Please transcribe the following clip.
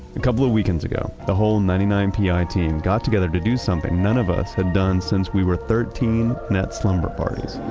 a couple of weekends ago, the whole ninety nine pi team got together to do something none of us had done since we were thirteen, and at slumber parties